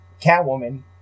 Catwoman